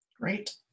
great